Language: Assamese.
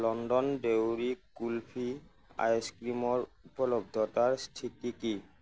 লণ্ডন ডেউৰি কুল্ফি আইচক্ৰীমৰ উপলব্ধতাৰ স্থিতি কি